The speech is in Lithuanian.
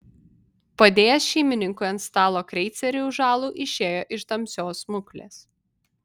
padėjęs šeimininkui ant stalo kreicerį už alų išėjo iš tamsios smuklės